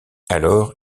alors